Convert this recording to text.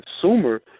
consumer